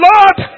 Lord